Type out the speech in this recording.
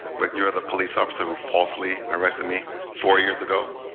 but you're the police officer who falsely arrested me four years ago.